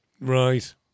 Right